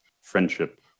friendship